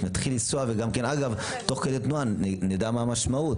שנתחיל לנסוע ותוך כדי תנועה נדע מה המשמעות.